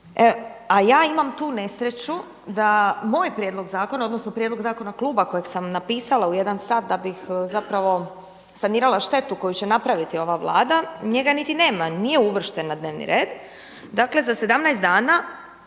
A ja imam tu nesreću da moj prijedlog zakona odnosno prijedlog zakona kluba kojeg sam napisala u jedan sat, da bih zapravo sanirala štetu koju će napraviti ova Vlada, njega niti nema, nije uvršten na dnevni red. Dakle, za 17 dana